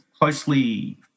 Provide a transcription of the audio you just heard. closely